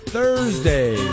Thursday